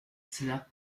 cela